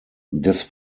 des